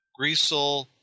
Greasel